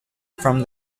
from